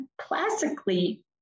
classically